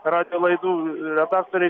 radijo laidų redaktoriai